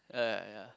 ya ya ya